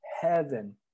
Heaven